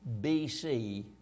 BC